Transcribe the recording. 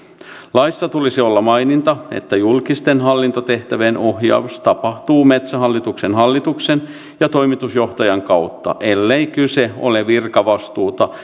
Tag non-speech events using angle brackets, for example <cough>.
laissa tulisi olla maininta että julkisten hallintotehtävien ohjaus tapahtuu metsähallituksen hallituksen ja toimitusjohtajan kautta ellei kyse ole virkavastuuta <unintelligible>